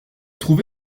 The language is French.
trouvé